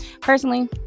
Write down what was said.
personally